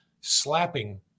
slapping